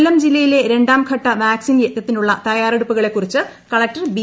കൊല്ലം ജില്ലയിലെ രണ്ടാം ഘട്ടം വ്യൂക്സിൻ യജ്ഞത്തിനുള്ള തയ്യാറെടുപ്പുകളെകുറിച്ച് കളക്ട്ട്ർ ബി